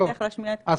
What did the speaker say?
אבל מגיע לה לדבר.